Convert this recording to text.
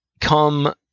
come